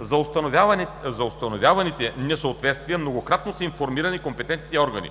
За установяваните несъответствия многократно са информирани компетентните ведомства